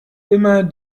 immer